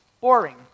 Boring